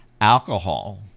Alcohol